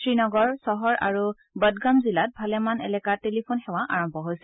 শ্ৰীনগৰ চহৰ আৰু বদগাম জিলাত ভালেমান এলেকাত টেলিফোন সেৱা আৰম্ভ হৈছে